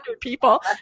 people